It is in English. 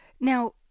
Now